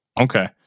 Okay